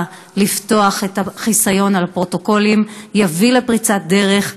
לפתוח את החיסיון על הפרוטוקולים יביאו לפריצת דרך,